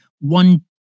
one